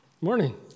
Morning